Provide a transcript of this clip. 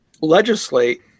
legislate